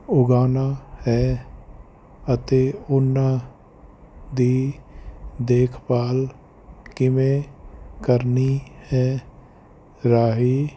ਉਗਾਉਣਾ ਹੈ ਅਤੇ ਉਹਨਾਂ ਦੀ ਦੇਖਭਾਲ ਕਿਵੇਂ ਕਰਨੀ ਹੈ ਰਾਹੀਂ